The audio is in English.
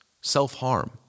self-harm